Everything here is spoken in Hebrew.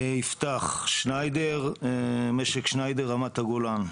אני יפתח שניידר, ממשק שניידר, רמת הגולן.